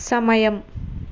సమయం